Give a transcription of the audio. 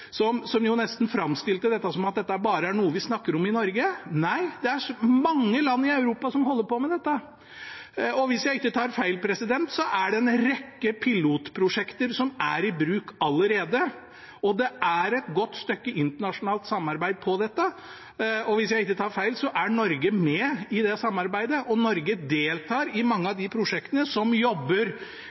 som nesten framstilte det som at dette bare er noe vi snakker om i Norge: Nei, det er mange land i Europa som holder på med dette. Hvis jeg ikke tar feil, er det en rekke pilotprosjekter som er i bruk allerede, og det er et godt stykke internasjonalt samarbeid om dette. Hvis jeg ikke tar feil, er Norge med i det samarbeidet, og Norge deltar i mange av de prosjektene der man jobber